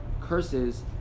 curses